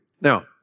Now